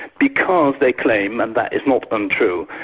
because they claim, and that is not untrue,